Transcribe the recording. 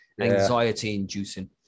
Anxiety-inducing